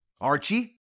Archie